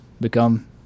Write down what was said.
become